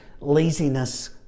laziness